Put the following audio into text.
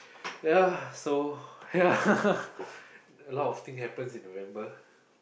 ya so ya a lot of thing happens in November